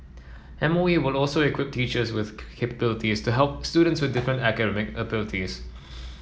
M O E will also equip teachers with capabilities to help students with different academic abilities